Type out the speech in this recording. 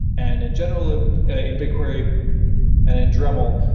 and in general ah in bigquery and in dremel,